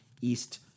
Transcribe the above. East